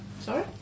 Sorry